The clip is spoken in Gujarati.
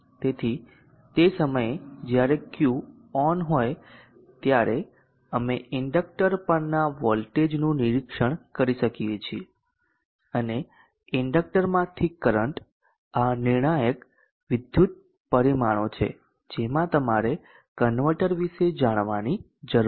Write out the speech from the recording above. તેથી તે સમયે જ્યારે Q ઓન હોય ત્યારે અમે ઇન્ડકટર પરના વોલ્ટેજનું નિરીક્ષણ કરી શકીએ છીએ અને ઇન્ડકટરમાંથી કરંટ આ નિર્ણાયક વિદ્યુત પરિમાણો છે જેમાં તમારે કન્વર્ટર વિશે જાણવાની જરૂર છે